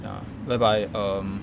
ya bye bye um